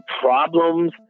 problems